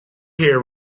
here